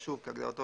שימנו.